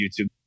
YouTube